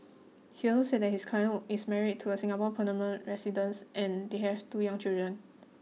he also said that his client is married to a Singapore permanent resident and they have two young children